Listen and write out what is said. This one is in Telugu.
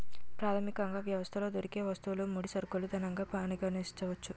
ప్రాథమికంగా వ్యవస్థలో దొరికే వస్తువులు ముడి సరుకులు ధనంగా పరిగణించవచ్చు